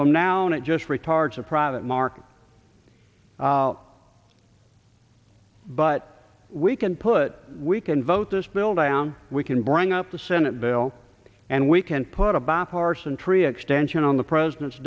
from now on it just retards the private market but we can put we can vote this building and we can bring up the senate bill and we can put a bipartisan tree extension on the president's